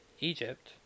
Egypt